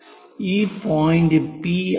ഈ point P ആണ്